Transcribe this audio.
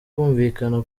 kumvikana